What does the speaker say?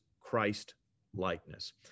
Christ-likeness